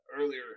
earlier